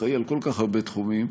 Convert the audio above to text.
ואחראי לכל כך הרבה תחומים,